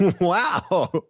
wow